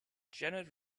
janet